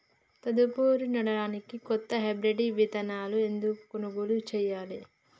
తదుపరి నాడనికి కొత్త హైబ్రిడ్ విత్తనాలను ఎందుకు కొనుగోలు చెయ్యాలి?